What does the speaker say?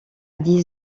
dix